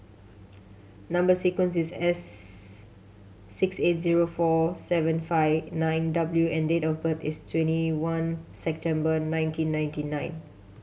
number sequence is S six eight zero four seven five nine W and date of birth is twenty one September nineteen ninety nine